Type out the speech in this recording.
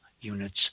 units